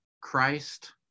Christ